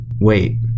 Wait